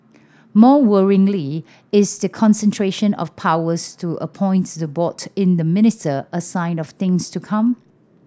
more worryingly is the concentration of powers to appoint the board in the minister a sign of things to come